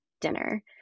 dinner